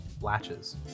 latches